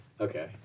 okay